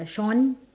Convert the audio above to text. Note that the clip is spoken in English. uh shorn